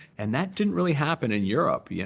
and that didn't really happen in europe. yeah